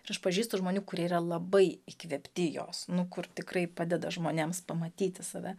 ir aš pažįstu žmonių kurie yra labai įkvėpti jos nu kur tikrai padeda žmonėms pamatyti save